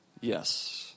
yes